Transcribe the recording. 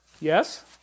Yes